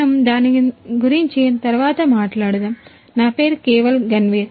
మనము దాని గురించి తరువాత మాట్లాడుదాం నా పేరు కేవల్ గన్వీర్